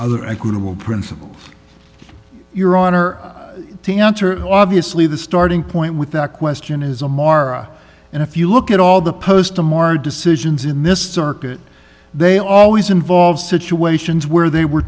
other equitable principles your honor to answer obviously the starting point with that question is a mara and if you look at all the postum are decisions in this circuit they always involve situations where they were